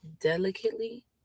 delicately